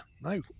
no